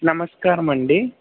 నమస్కారం అండీ